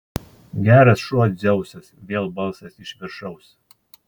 geras šuo dzeusas vėl balsas iš viršaus